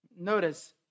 Notice